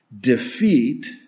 defeat